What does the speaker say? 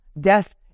death